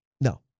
No